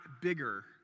bigger